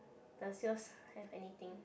does yours have anything